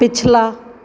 ਪਿਛਲਾ